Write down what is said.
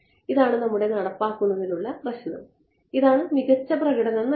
ഇതാണ് നമ്മുടെ നടപ്പാക്കുന്നതിലുള്ള പ്രശ്നം ഇതാണ് മികച്ച പ്രകടനം നൽകുന്നത്